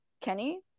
kenny